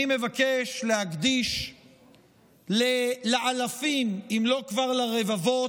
אני מבקש להקדיש לאלפים, אם לא כבר לרבבות,